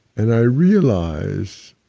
and i realized